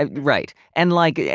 and right, and like, yeah